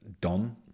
done